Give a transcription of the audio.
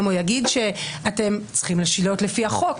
או יגיד שאתם צריכים להיות לפי החוק.